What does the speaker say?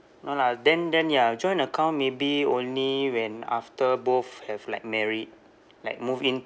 no lah then then ya joint account maybe only when after both have like married like move in